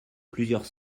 plusieurs